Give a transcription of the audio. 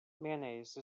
mayonnaise